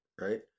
right